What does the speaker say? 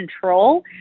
control